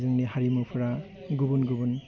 जोंनि हारिमुफ्रा गुबुन गुबुन